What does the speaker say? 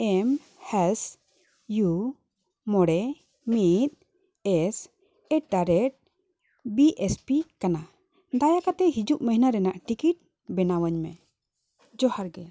ᱮᱢ S U ᱢᱚᱬᱮ ᱢᱤᱫ S at the rate B S P ᱠᱟᱱᱟ ᱫᱟᱭᱟ ᱠᱟᱛᱮ ᱦᱤᱡᱩᱜ ᱢᱟᱹᱦᱱᱟ ᱨᱮᱱᱟᱜ ᱴᱤᱠᱤᱴ ᱵᱮᱱᱟᱣᱟᱹᱧ ᱢᱮ ᱡᱚᱦᱟᱨ ᱜᱮ